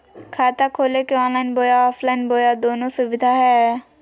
खाता खोले के ऑनलाइन बोया ऑफलाइन बोया दोनो सुविधा है?